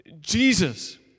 Jesus